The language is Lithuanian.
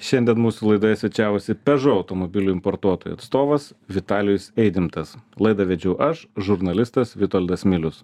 šiandien mūsų laidoje svečiavosi pežo automobilių importuotojų atstovas vitalijus eidimtas laidą vedžiau aš žurnalistas vitoldas milius